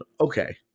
Okay